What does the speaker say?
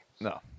No